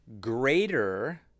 greater